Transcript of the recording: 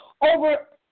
over